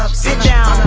um sit down